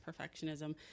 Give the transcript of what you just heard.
perfectionism